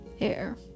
air